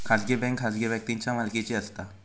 खाजगी बँक खाजगी व्यक्तींच्या मालकीची असता